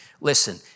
Listen